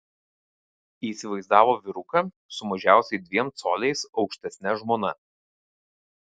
įsivaizdavo vyruką su mažiausiai dviem coliais aukštesne žmona